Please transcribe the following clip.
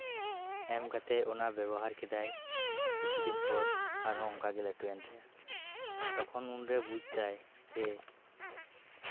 ᱮᱢ ᱠᱟᱛᱮᱜ ᱚᱱᱟ ᱵᱮᱵᱚᱦᱟᱨ ᱠᱮᱫᱟᱭ ᱠᱤᱪᱷᱩ ᱫᱤᱱ ᱯᱚᱨ ᱟᱨᱦᱚᱸ ᱚᱱᱠᱟ ᱞᱟᱹᱴᱩᱭᱮᱱ ᱛᱟᱭᱟ ᱛᱚᱠᱷᱚᱱ ᱚᱱᱰᱮ ᱵᱩᱡ ᱮᱫᱟᱭ